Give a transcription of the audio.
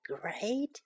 great